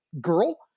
girl